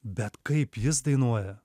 bet kaip jis dainuoja